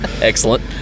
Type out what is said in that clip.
Excellent